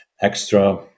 extra